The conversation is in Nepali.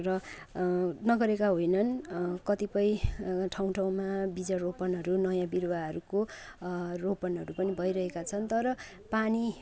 र नगरेका होइनन् कतिपय ठाउँ ठाउँमा बिज रोपनहरू नयाँ बिरुवाहरूको रोपनहरू पनि भइरहेका छन् तर पानी